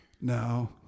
No